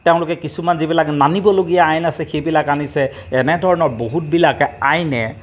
তেওঁলোকে কিছুমান যিবিলাক নানিবলগীয়া আইন আছে সেইবিলাক আনিছে এনেধৰণৰ বহুতবিলাক আইনে